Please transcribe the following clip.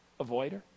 avoider